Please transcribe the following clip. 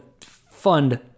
fund